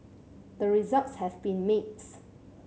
the results have been mixed